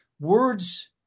words